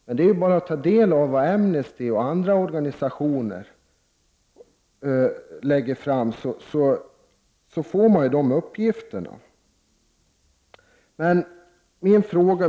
Hon kan då ta del av de uppgifter som Amnesty och andra organisationer lägger fram för att få information om fallen.